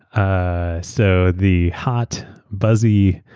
ah so the hot, buzzy,